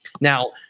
Now